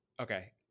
okay